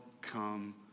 come